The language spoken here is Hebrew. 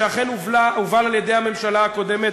שאכן הובל על-ידי הממשל הקודמת,